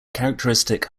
characteristic